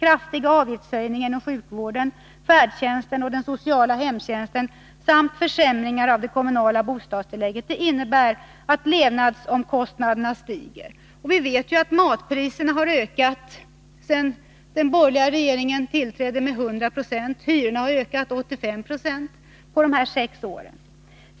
Kraftiga avgiftshöjningar inom sjukvården, färdtjänsten och den sociala hemtjänsten samt försämringar av det kommunala bostadstillägget innebär att levnadsomkostnaderna stiger. Vi vet att matpriserna har ökat med 100 96 sedan den borgerliga regeringen tillträdde. Och hyrorna har ökat med 85 96 på de här sex åren.